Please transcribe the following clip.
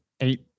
eight